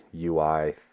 UI